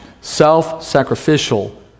self-sacrificial